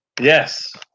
Yes